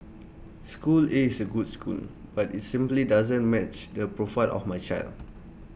school A is A good school but IT simply doesn't match the profile of my child